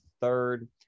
third